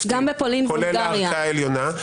כולל הערכאה העליונה.